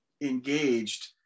engaged